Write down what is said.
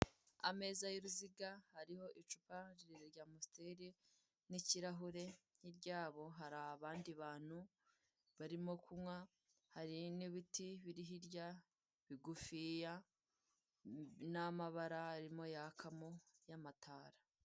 Ameza y'uruziga hariho icupa rirerire rya amusiteri n'ikirahure, hirya yabo hari abandi bantu barimo kunywa, hari n'ibiti biri hirya bigufiya n'amabara arimo yakamo y'amatara.